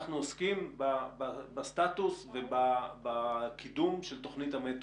אנחנו עוסקים בסטטוס ובקידום של תוכנית המטרו.